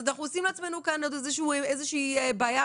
אז אנחנו עושים לעצמנו כאן איזושהי בעיה.